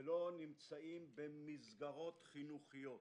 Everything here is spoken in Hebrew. ולא נמצאים במסגרות חינוכיות.